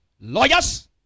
lawyers